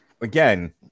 again